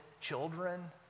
children